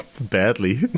Badly